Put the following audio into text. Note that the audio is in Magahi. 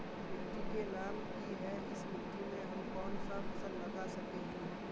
मिट्टी के नाम की है इस मिट्टी में हम कोन सा फसल लगा सके हिय?